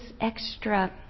extra